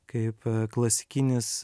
kaip klasikinis